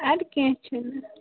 اَدٕ کیٚنہہ چھُنہٕ